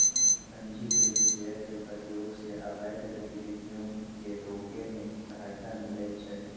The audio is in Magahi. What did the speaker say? पंजीकृत शेयर के प्रयोग से अवैध गतिविधियों के रोके में सहायता मिलइ छै